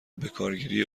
بکارگیری